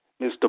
Mr